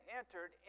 entered